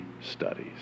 studies